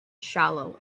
shallow